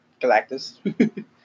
Galactus